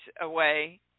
away